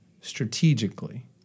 strategically